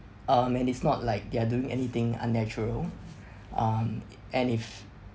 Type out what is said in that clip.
um and it's not like they're doing anything unnatural um and if